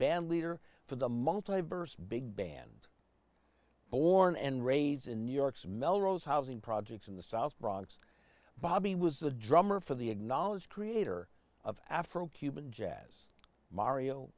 bandleader for the multi verse big band born and raised in new york's melrose housing projects in the south bronx bobby was the drummer for the acknowledged creator of afro cuban jazz mario